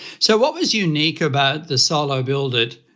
so what was unique about the solo build it!